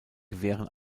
gewähren